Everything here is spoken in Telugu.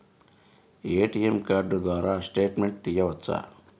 ఏ.టీ.ఎం కార్డు ద్వారా స్టేట్మెంట్ తీయవచ్చా?